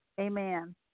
Amen